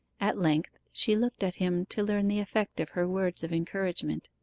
at length she looked at him to learn the effect of her words of encouragement.